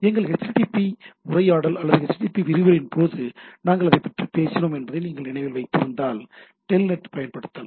எங்கள் HTTP கலந்துரையாடல் அல்லது HTTP விரிவுரையின் போது நாங்கள் அதைப் பற்றி பேசினோம் என்பதை நீங்கள் நினைவில் வைத்திருந்தால் டெல்நெட் பயன்படுத்தலாம்